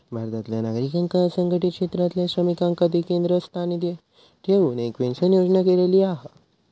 भारतातल्या नागरिकांका असंघटीत क्षेत्रातल्या श्रमिकांका केंद्रस्थानी ठेऊन एक पेंशन योजना केलेली हा